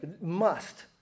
must-